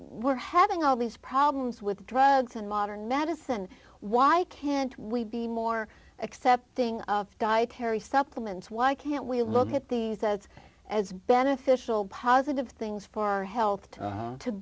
we're having all these problems with drugs d and modern medicine why can't we be more accepting of dietary supplements why can't we look at the sets as beneficial positive things for our health